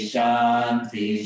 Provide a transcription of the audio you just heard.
Shanti